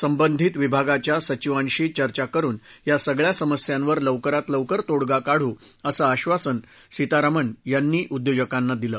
संबंधित विभागाच्या सचिवांशी चर्चा करून या सगळ्या समस्यांवर लवकरात लवकर तोडगा काढू असं आबासन सीतारामन यांनी उद्योजकांना दिलं